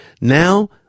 now